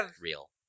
real